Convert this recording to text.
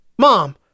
Mom